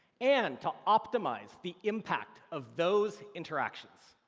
and to optimize the impact of those interactions.